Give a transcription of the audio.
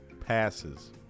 Passes